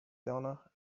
donor